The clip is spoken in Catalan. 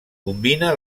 combina